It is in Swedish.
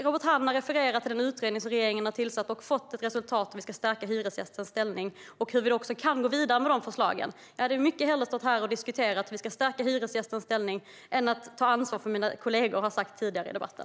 Robert Hannah refererar till en utredning som regeringen har tillsatt, som har fått till resultat hur vi ska stärka hyresgästens ställning och hur vi kan gå vidare med utredningens förslag. Jag hade mycket hellre stått här och diskuterat hur vi ska stärka hyresgästens ställning än att ta ansvar för vad mina kollegor har sagt tidigare i debatten.